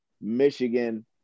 Michigan